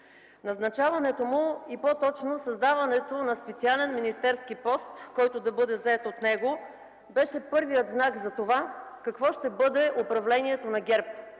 Назначаването му и по-точно създаването на специален министерски пост, който да бъде зает от него, беше първият знак за това какво ще бъде управлението на ГЕРБ,